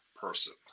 person